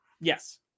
Yes